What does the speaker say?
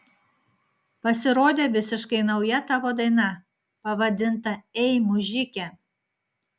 pasirodė visiškai nauja tavo daina pavadinta ei mužike